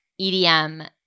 EDM